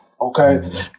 Okay